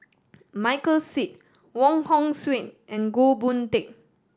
Michael Seet Wong Hong Suen and Goh Boon Teck